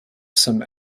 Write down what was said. some